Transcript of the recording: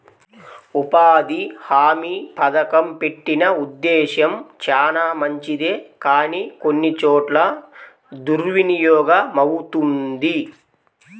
ఉపాధి హామీ పథకం పెట్టిన ఉద్దేశం చానా మంచిదే కానీ కొన్ని చోట్ల దుర్వినియోగమవుతుంది